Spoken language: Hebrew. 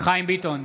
חיים ביטון,